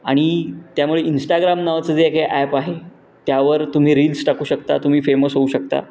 आणि त्यामुळे इंस्टाग्राम नवाचं जे काय ॲप आहे त्यावर तुम्ही रिल्स टाकू शकता तुम्ही फेमस होऊ शकता